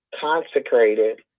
consecrated